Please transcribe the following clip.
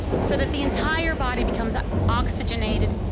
so that the entire body becomes oxygenated,